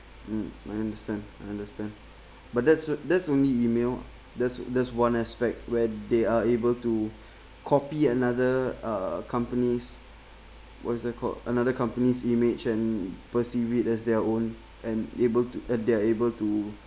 mm I understand I understand but that's that's only email ah that's that's one aspect where they are able to copy another uh company's what's that called another company's image and perceive it as their own and able to uh they're able to